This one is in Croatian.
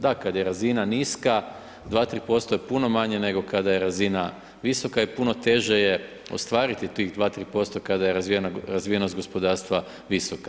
Da, kada je razina niska 2, 3% je puno manje nego kada je razina visoka i puno teže je ostvariti tih 2, 3% kada je razvijenost gospodarstva visoka.